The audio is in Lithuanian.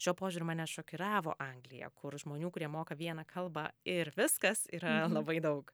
šiuo požiūriu mane šokiravo anglija kur žmonių kurie moka vieną kalbą ir viskas yra labai daug